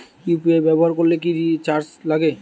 UPI ব্যবহার করলে কি চার্জ লাগে?